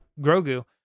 Grogu